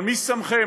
אבל מי שמכם,